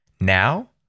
now